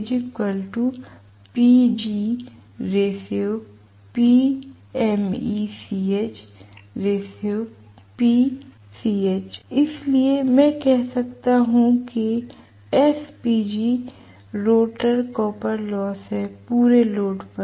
इसलिए मैं कह सकता हूं कि रोटर कॉपर लॉस है पूरे लोड पर